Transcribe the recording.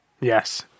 Yes